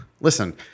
listen